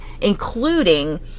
including